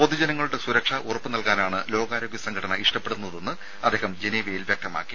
പൊതുജനങ്ങളുടെ സുരക്ഷ ഉറപ്പ് നൽകാനാണ് ലോകാരോഗ്യ സംഘടന ഇഷ്ടപ്പെടുന്നതെന്ന് അദ്ദേഹം ജനീവയിൽ വ്യക്തമാക്കി